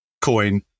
coin